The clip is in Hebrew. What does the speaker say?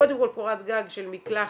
קודם כל קורת גג חירום של מקלחת,